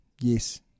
yes